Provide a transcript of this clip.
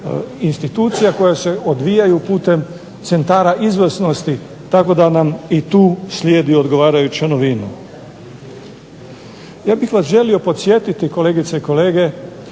institucija koje se odvijaju putem centara izvrsnosti tako da nam i tu slijedi odgovarajuća novina. Ja bih vas želio podsjetiti kolegice i kolege